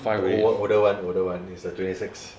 the ol~ older one older one it's a twenty-six